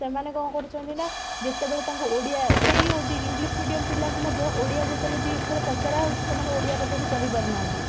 ସେମାନେ କ'ଣ କରୁଛନ୍ତି ନା ଯେତେବେଳେ ତାଙ୍କୁ ଓଡ଼ିଆ ସେହି ଇଂଲିଶ ମିଡ଼ିୟମ ପିଲାଙ୍କୁ ମଧ୍ୟ ଓଡ଼ିଆ ଯେତେବେଳେ ଦୁଇ ଅକ୍ଷର ପଚରା ହେଉଛି ସେମାନେ ଓଡ଼ିଆ ପଦେ ବି କହିପାରୁ ନାହାଁନ୍ତି